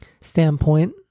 standpoint